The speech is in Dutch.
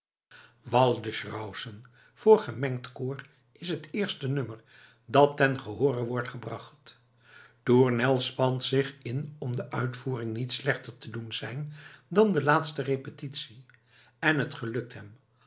waldesrauschen voor gemengd koor is t eerste nummer dat ten gehoore wordt gebracht tournel spant zich in om de uitvoering niet slechter te doen zijn dan de laatste repetitie en t gelukt hem